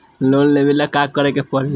Loan लेबे ला का करे के पड़ी?